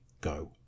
go